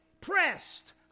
pressed